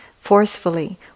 forcefully